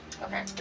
Okay